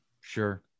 sure